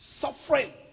Suffering